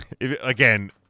again